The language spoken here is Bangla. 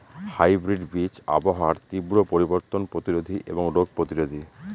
হাইব্রিড বীজ আবহাওয়ার তীব্র পরিবর্তন প্রতিরোধী এবং রোগ প্রতিরোধী